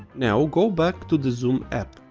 now go back to the zoom app.